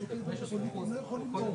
אשתו שנמצאת פה,